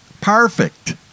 perfect